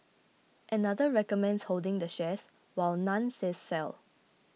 another recommends holding the shares while none says sell